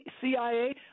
CIA